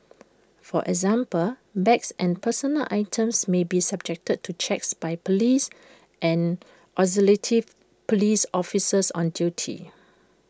for example bags and personal items may be subjected to checks by Police and auxilitive Police officers on duty